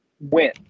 win